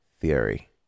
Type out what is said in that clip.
theory